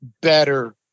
better